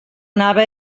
anava